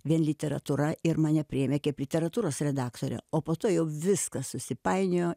vien literatūra ir mane priėmė kaip literatūros redaktorę o po to jau viskas susipainiojo